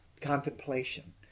contemplation